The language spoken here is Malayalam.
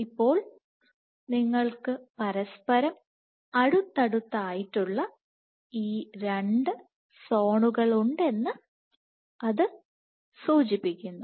ഇപ്പോൾ നിങ്ങൾക്ക് പരസ്പരം അടുത്തടുത്തായിട്ടുള്ള ഈ രണ്ട് സോണുകളുണ്ടെന്ന് ഇത് സൂചിപ്പിക്കുന്നു